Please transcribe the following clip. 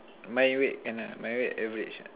my weight can ah my weight average ah